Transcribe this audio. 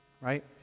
right